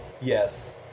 Yes